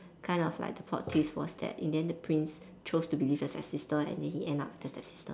kind of like the plot twist was that in the end the prince chose to believe the stepsister and then he end up being with the stepsister